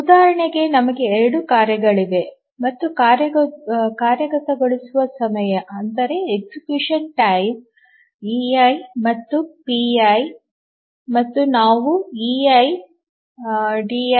ಉದಾಹರಣೆಗೆ ನಮಗೆ 2 ಕಾರ್ಯಗಳಿವೆ ಮತ್ತು ಕಾರ್ಯಗತಗೊಳಿಸುವ ಸಮಯ ei ಮತ್ತು pi ಮತ್ತು ನಾವು pi ¿dii